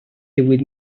díhuit